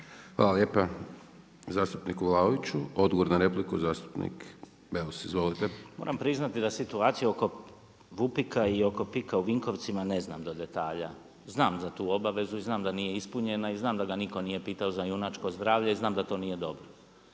Hvala lijepa zastupniku Vlaoviću. Odgovor na repliku zastupnik Beus. Izvolite. **Beus Richembergh, Goran (Nezavisni)** Moram priznati da situacija oko VUP-ika i oko PIK-a u Vinkovcima ne znam do detalja. Znam za tu obavezu i znam da nije ispunjena i znam da ga nitko nije pitao za junačko zdravlje i znam da to nije dobro.